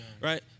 Right